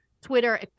Twitter